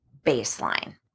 baseline